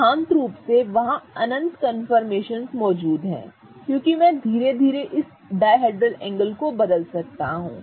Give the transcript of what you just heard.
सिद्धांत रूप में वहाँ अनंत कन्फर्मेशनस मौजूद हैं क्योंकि मैं धीरे धीरे इस डायहेड्रल एंगल को बदल सकता हूं